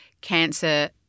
cancer